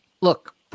Look